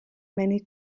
many